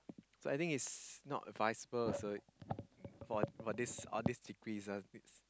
so I think it's not advisable also for for these all these